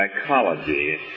psychology